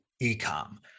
e-com